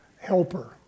helper